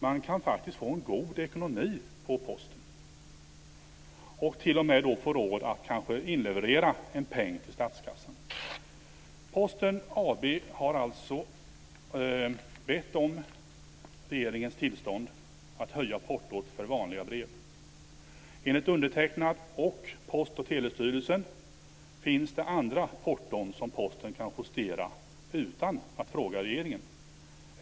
Man kan faktiskt få en god ekonomi på Posten och t.o.m. få råd att kanske inleverera en peng till statskassan. Posten AB har alltså bett om regeringens tillstånd att höja portot för vanliga brev. Enligt undertecknad och Post och telestyrelsen finns det andra porton som Posten kan justera utan att fråga regeringen.